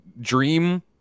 Dream